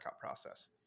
process